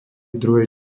druhej